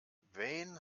wen